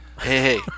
hey